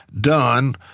done